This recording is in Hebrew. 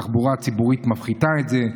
התחבורה הציבורית מפחיתה את זה.